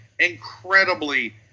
incredibly